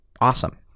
awesome